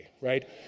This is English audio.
right